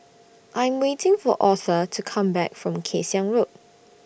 I'm waiting For Authur to Come Back from Kay Siang Road